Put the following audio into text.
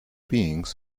beings